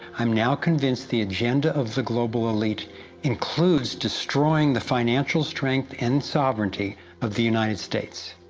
i'm now convinced the agenda of the global elite includes destroying the financial strength and sovereignty of the united states.